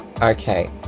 okay